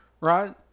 right